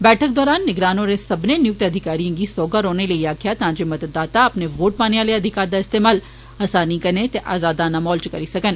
बैठक दौरान निगरान होरें सब्मनें नियुक्त अधिकारियें गी सौगा रौह्ने लेई आक्खेआ तां जे मतदाता अपने वोट पाने आह्ले अधिकार दा इस्तेमाल असानी कन्नै ते आजादाना म्हौल च करी सकन